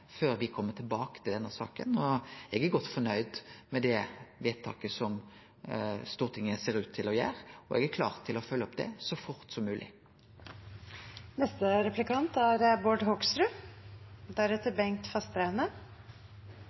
før me kjem tilbake til denne saka. Eg er godt fornøgd med det vedtaket Stortinget ser ut til å gjere, og eg er klar til å følgje opp det så fort som